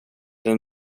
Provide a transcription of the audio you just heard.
den